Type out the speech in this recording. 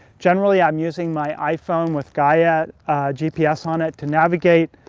generally, i'm using my iphone with gaia gps on it to navigate.